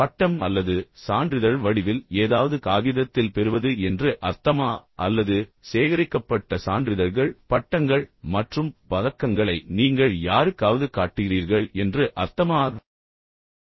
பட்டம் அல்லது சான்றிதழ் வடிவில் ஏதாவது காகிதத்தில் பெறுவது என்று அர்த்தமா அல்லது சேகரிக்கப்பட்ட சான்றிதழ்கள் பட்டங்கள் மற்றும் பதக்கங்களை நீங்கள் யாருக்காவது காட்டுகிறீர்கள் என்று அர்த்தமா